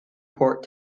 port